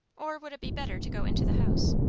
or would it be better to go into the house?